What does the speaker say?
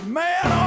man